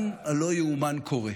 גם הלא-ייאמן קורה.